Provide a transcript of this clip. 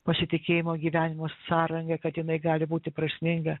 pasitikėjimo gyvenimo sąranga kad jinai gali būti prasminga